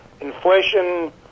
inflation